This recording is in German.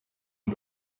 und